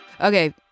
Okay